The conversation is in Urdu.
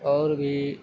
اور بھی